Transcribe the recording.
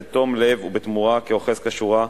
בתום לב ובתמורה כאוחז כשורה.